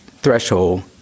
threshold